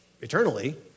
eternally